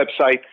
website